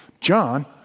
John